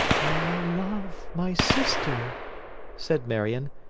my love, my sister said marion,